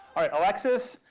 alright alexis,